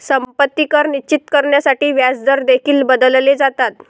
संपत्ती कर निश्चित करण्यासाठी व्याजदर देखील बदलले जातात